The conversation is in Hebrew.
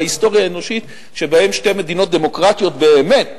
בהיסטוריה האנושית שבהם שתי מדינות דמוקרטיות באמת,